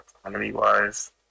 economy-wise